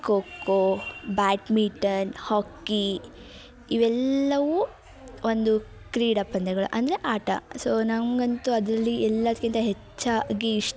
kho kho badminton hockey ಇವೆಲ್ಲವೂ ಒಂದು ಕ್ರೀಡಾ ಪಂದ್ಯಗಳು ಅಂದರೆ ಆಟ ಸೋ ನಂಗೆ ಅಂತೂ ಅದರಲ್ಲಿ ಎಲ್ಲದ್ಕಿಂತ ಹೆಚ್ಚಾಗಿ ಇಷ್ಟ